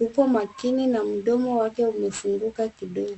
uko makini na mdomo wake ume funguka kidogo.